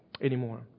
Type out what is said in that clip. anymore